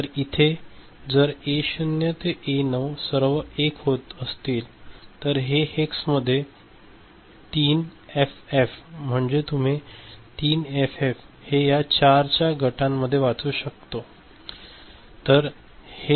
तर इथे जर A0 ते A9 सर्व 1 होत असतील तर हे हेक्स मध्ये 3FF असते हे तुम्ही 3FF हे या 4 च्या गटामध्ये वाचू शकतो